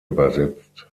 übersetzt